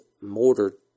mortar